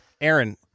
Aaron